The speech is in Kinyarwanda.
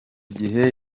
gihe